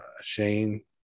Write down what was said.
Shane